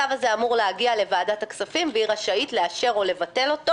הצו הזה אמור להגיע לוועדת הכספים והיא רשאית לאשר או לבטל אותו.